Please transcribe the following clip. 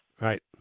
Right